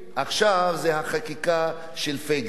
עכשיו זה החקיקה של פייגלין.